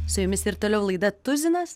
su jumis ir toliau laida tuzinas